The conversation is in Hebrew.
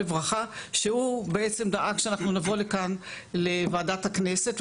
שהוא בעצם דאג שאנחנו נבוא לכאן לוועדת הכנסת.